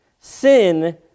Sin